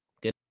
good